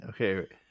okay